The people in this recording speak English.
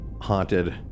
haunted